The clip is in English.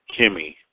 Kimmy